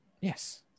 Yes